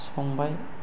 संबाय